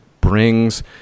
brings